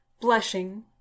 blushing